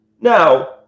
now